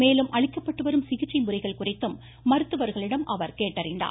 மேலும் அளிக்கப்பட்டுவரும் சிகிச்சை முறைகள் குறித்து மருத்துவர்களிடம் கேட்டறிந்தார்